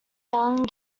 young